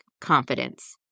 confidence